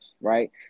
right